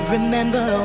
Remember